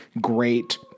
great